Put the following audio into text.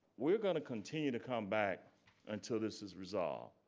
we're gonna continue to come back until this is resolved.